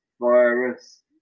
virus